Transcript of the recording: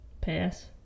Pass